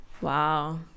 Wow